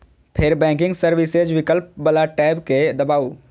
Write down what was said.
फेर banking services विकल्प बला टैब कें दबाउ